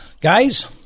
Guys